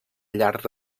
llar